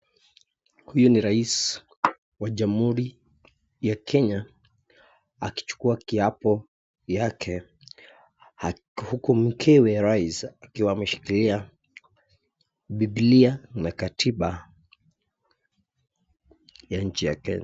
Huyu ni rais wa Jamhuri ya Kenya akichukua kiapo yake, huku mkewe rais akiwa ameshikilia Bibilia na katiba ya nchi ya Kenya.